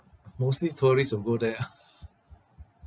mostly tourists will go there ah